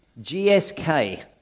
GSK